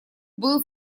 был